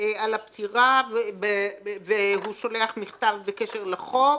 על הפטירה והוא שולח מכתב בקשר לחוב,